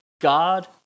God